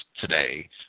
today